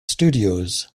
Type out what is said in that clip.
studios